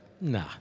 Nah